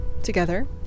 Together